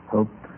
Hope